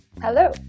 Hello